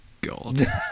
God